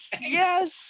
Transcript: yes